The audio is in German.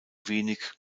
wenig